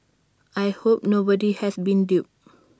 I hope nobody has been duped